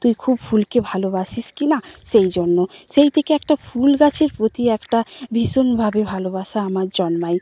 তুই খুব ফুলকে ভালোবাসিস কিনা সেই জন্য সেই থেকে একটা ফুল গাছের প্রতি একটা ভীষণভাবে ভালোবাসা আমার জন্মায়